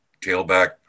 tailback